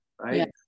right